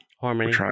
harmony